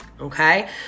okay